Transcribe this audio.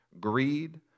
greed